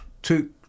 two